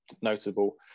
notable